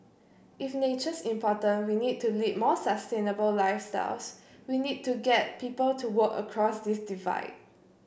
if nature's important we need to lead more sustainable lifestyles we need to get people to work across this divide